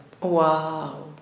Wow